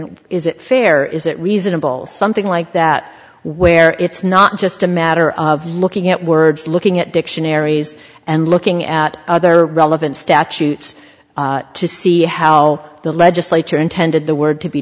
know is it fair is it reasonable something like that where it's not just a matter of looking at words looking at dictionaries and looking at other relevant statutes to see how the legislature intended the word to be